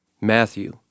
Matthew